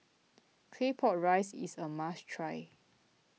Claypot Rice is a must try